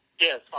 Yes